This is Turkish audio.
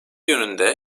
yönünde